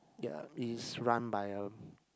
ya is run by a